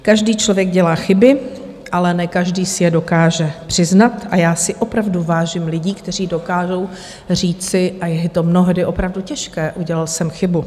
Každý člověk dělá chyby, ale ne každý si je dokáže přiznat, a já si opravdu vážím lidí, kteří dokážou říci a je to mnohdy opravdu těžké: Udělal jsem chybu.